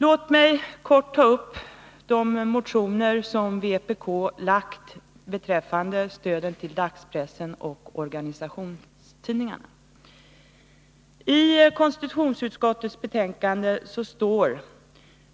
Låt mig Onsdagen den bara kort ta upp de motioner som vpk har väckt beträffande stödet till 14 april 1982 dagspressen och organisationstidningarna. I konstitutionsutskottets betänkande nr 25 står det bl.a.: